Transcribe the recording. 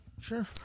Sure